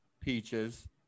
peaches